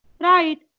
right